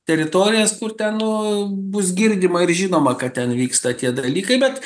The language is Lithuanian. teritorijas kur ten nu bus girdima ir žinoma kad ten vyksta tie dalykai bet